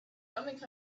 coming